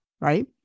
right